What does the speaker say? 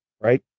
right